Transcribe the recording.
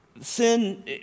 Sin